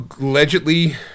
Allegedly